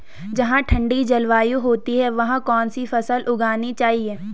जहाँ ठंडी जलवायु होती है वहाँ कौन सी फसल उगानी चाहिये?